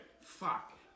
Fuck